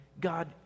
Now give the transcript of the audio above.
God